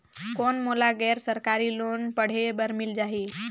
कौन मोला गैर सरकारी लोन पढ़े बर मिल जाहि?